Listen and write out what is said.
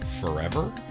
forever